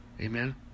Amen